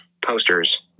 Posters